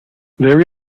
there